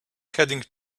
heading